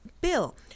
Bill